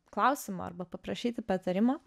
klausimo arba paprašyti patarimo